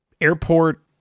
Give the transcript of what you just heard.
airport